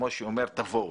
משה ארבל אומר תלכו לבקר.